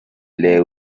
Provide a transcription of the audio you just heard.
lee